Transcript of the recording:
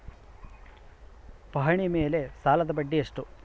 ಪಹಣಿ ಮೇಲೆ ಸಾಲದ ಬಡ್ಡಿ ಎಷ್ಟು?